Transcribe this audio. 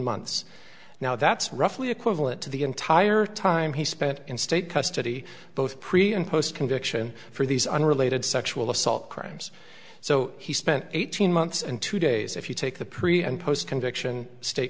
months now that's roughly equivalent to the entire time he spent in state custody both pre and post conviction for these unrelated sexual assault crimes so he spent eighteen months and two days if you take the pre and post conviction st